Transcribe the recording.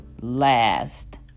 last